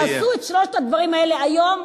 תעשו את שלושת הדברים האלה היום,